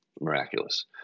miraculous